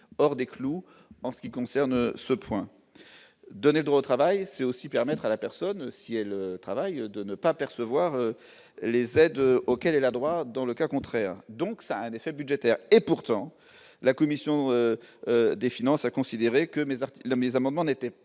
hors des clous en ce qui concerne ce point donné droit au travail, c'est aussi permettre à la personne si elle travaille de ne pas percevoir les aides auxquelles elle a droit, dans le cas contraire, donc ça a un effet budgétaire et pourtant, la commission des finances, a considéré que mes articles mes à moment